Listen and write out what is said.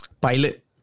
pilot